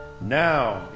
Now